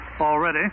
already